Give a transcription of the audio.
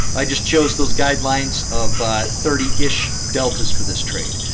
i just chose those guidelines of thirty ish deltas for this trade.